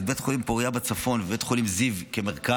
את בית חולים פוריה בצפון ואת בית חולים זיו כמרכז,